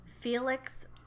Felix